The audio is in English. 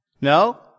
No